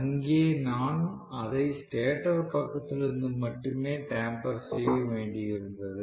அங்கே நான் அதை ஸ்டேட்டர் பக்கத்திலிருந்து மட்டுமே டேம்பேர் செய்ய வேண்டியிருந்தது